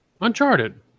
Uncharted